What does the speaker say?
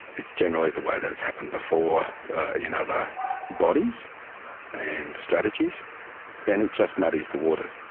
it's generally the way that it's happened before in other bodies and strategies and it just muddies the waters.